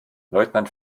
leutnant